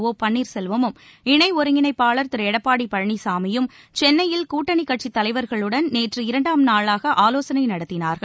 ஒ பன்னீர்செல்வமும் இணை ஒருங்கிணைப்பாளர் திரு எடப்பாடி பழனிசாமியும் சென்னையில் கூட்டணி கட்சித் தலைவர்களுடன் நேற்று இரண்டாம் நாளாக ஆலோசனை நடத்தினார்கள்